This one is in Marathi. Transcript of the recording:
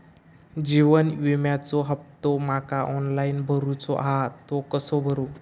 जीवन विम्याचो हफ्तो माका ऑनलाइन भरूचो हा तो कसो भरू?